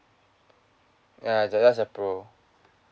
ya that just a pro